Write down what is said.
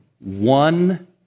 one